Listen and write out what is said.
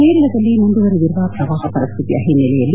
ಕೇರಳದಲ್ಲಿ ಮುಂದುವರಿದಿರುವ ಪ್ರವಾಹ ಪರಿಸ್ಥಿತಿಯ ಹಿನ್ನೆಲೆಯಲ್ಲಿ